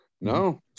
No